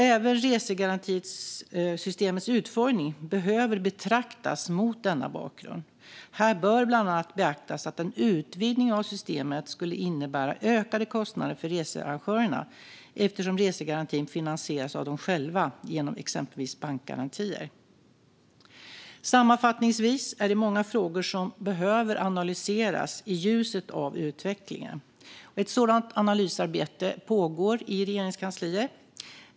Även resegarantisystemets utformning behöver betraktas mot denna bakgrund. Här bör bland annat beaktas att en utvidgning av systemet skulle innebära ökade kostnader för researrangörerna eftersom resegarantin finansieras av dem själva genom exempelvis bankgarantier. Sammanfattningsvis är det många frågor som behöver analyseras i ljuset av utvecklingen. Ett sådant analysarbete pågår i Regeringskansliet.